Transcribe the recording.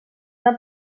han